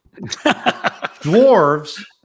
dwarves